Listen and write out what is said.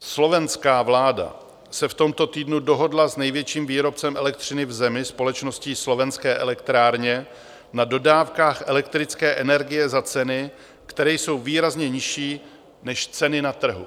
Slovenská vláda se v tomto týdnu dohodla s největším výrobcem elektřiny v zemi, společností Slovenské elektrárne, na dodávkách elektrické energie za ceny, které jsou výrazně nižší než ceny na trhu.